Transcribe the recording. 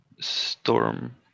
Storm